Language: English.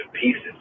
pieces